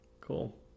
Cool